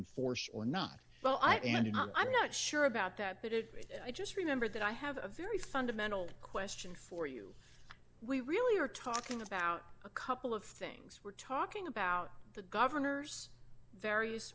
enforce or not well i and i'm not sure about that but it but i just remember that i have a very fundamental question for you we really are talking about a couple of things we're talking about the governor's various